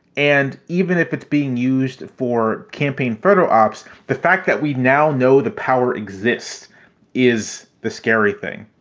and even if it's being used for campaign photo ops, the fact that we now know the power exists is the scary thing.